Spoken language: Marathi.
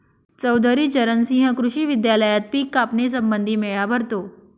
चौधरी चरण सिंह कृषी विद्यालयात पिक कापणी संबंधी मेळा भरतो